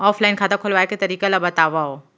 Offline खाता खोलवाय के तरीका ल बतावव?